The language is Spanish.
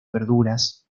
verduras